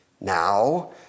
Now